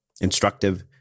instructive